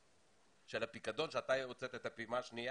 של הפיקדון כשאתה הוצאת את הפעימה השנייה.